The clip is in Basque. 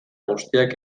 guztiak